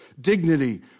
dignity